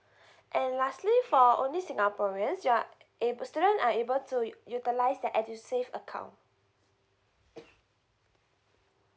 and lastly for only singaporeans your are ab~ student are able to i~ utilize the edusave account